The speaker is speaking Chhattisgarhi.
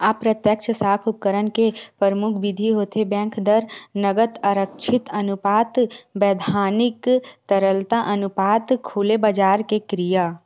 अप्रत्यक्छ साख उपकरन के परमुख बिधि होथे बेंक दर, नगद आरक्छित अनुपात, बैधानिक तरलता अनुपात, खुलेबजार के क्रिया